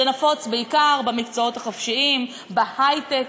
זה נפוץ בעיקר במקצועות החופשיים, בהיי-טק,